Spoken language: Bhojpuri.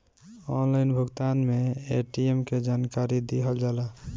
ऑनलाइन भुगतान में ए.टी.एम के जानकारी दिहल जाला?